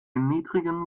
niedrigen